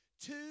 two